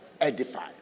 edify